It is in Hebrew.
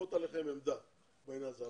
לכפות עליכם עמדה בעניין הזה.